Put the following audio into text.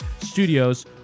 studios